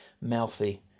mouthy